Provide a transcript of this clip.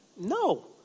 No